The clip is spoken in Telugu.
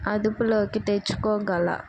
అదుపులోకి తెచ్చుకోగల